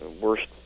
worst